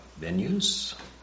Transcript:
venues